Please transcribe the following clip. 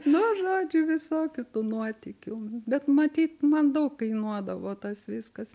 nu žodžiu visokių tų nuotykių bet matyt man daug kainuodavo tas viskas